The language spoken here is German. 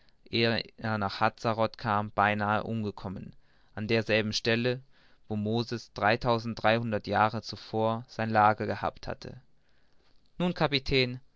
nach hadzaroth kam beinahe umgekommen an derselben stelle wo moses dreitausendunddreihundert jahre zuvor sein lager gehabt hatte nun kapitän